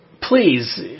please